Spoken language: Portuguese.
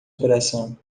operação